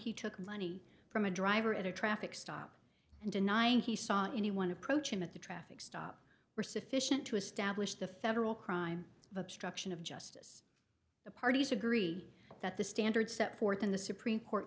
he took money from a driver at a traffic stop and denying he saw anyone approach him at the traffic stop were sufficient to establish the federal crime of obstruction of justice the parties agree that the standards set forth in the supreme court